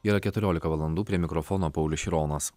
yra keturiolika valandų prie mikrofono paulius šironas